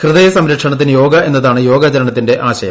ഹൃദയ സംരക്ഷണത്തിന് യോഗ എന്നതാണ് യോഗാചരണത്തിന്റെ ആശയം